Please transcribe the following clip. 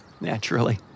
Naturally